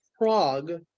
Prague